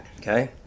Okay